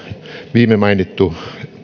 viime mainittu